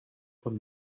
und